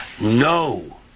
no